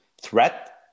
threat